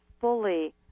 fully